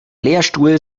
lehrstuhl